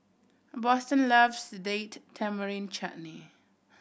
Boston loves Date Tamarind Chutney